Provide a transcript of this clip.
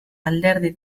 alderdi